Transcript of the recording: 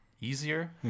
easier